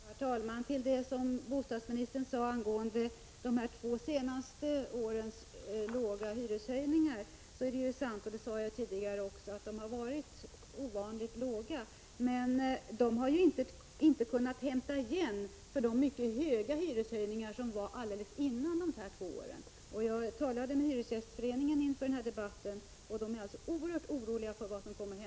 Herr talman! Det som bostadsministern sade angående de två senaste årens låga hyreshöjningar är sant — det sade jag också tidigare: De har varit ovanligt låga. Men de har inte kunnat hämta igen vad som förlorades vid de mycket höga hyreshöjningar som genomfördes alldeles före dessa två år. Jag talade med Hyresgästföreningen inför den här debatten, och man är där oerhört orolig för vad som nu kommer att hända.